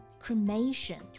Cremation